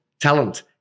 talent